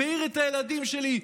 והעיר את הילדים שלי.